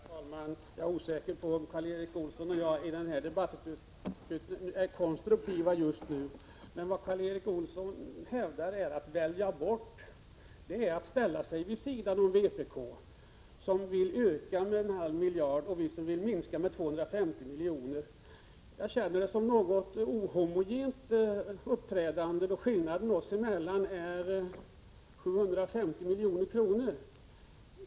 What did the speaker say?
Herr talman! Jag är osäker om Karl Erik Olsson och jag just nu är konstruktiva i denna debatt. Vad Karl Erik Olsson hävdar är att vi moderater genom att välja bort detta tillfälle skulle ställa oss bredvid vpk, som vill öka livsmedelssubventionerna med en halv miljard, när vi vill minska dem med 250 milj.kr. Det skulle vara ett något ohomogent uppträdande, då skillnaden mellan moderaterna och vpk är 750 milj.kr.